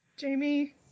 Jamie